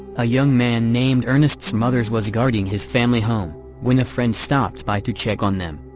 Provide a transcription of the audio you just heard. a young man named ernest smothers was guarding his family home when a friend stopped by to check on them.